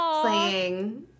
playing